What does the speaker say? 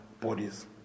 bodies